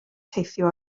teithio